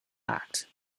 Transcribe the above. act